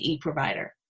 provider